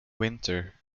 winter